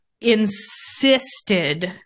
insisted